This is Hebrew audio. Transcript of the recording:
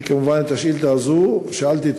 אני, כמובן, את השאילתה הזו שאלתי את